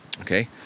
okay